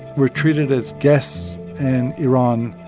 were treated as guests in iran.